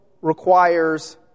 requires